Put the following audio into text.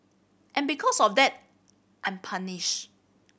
and because of that I'm punish